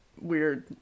weird